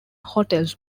hotels